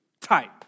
type